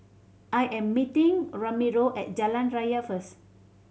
I am meeting Ramiro at Jalan Raya first